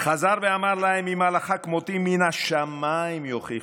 "חזר ואמר להם אם ההלכה כמותי, מן השמיים יוכיחו".